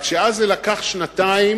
רק שאז זה לקח שנתיים,